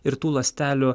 ir tų ląstelių